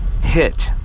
hit